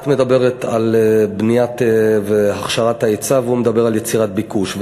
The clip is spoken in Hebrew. את מדברת על בנייה והכשרה של ההיצע והוא מדבר על יצירת ביקוש.